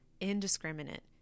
indiscriminate